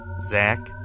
Zach